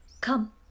Come